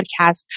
podcast